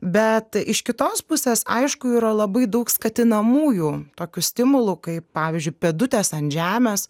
bet iš kitos pusės aišku yra labai daug skatinamųjų tokių stimulų kaip pavyzdžiui pėdutės ant žemės